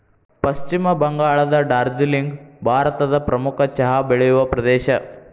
ಪಶ್ಚಿಮ ಬಂಗಾಳದ ಡಾರ್ಜಿಲಿಂಗ್ ಭಾರತದ ಪ್ರಮುಖ ಚಹಾ ಬೆಳೆಯುವ ಪ್ರದೇಶ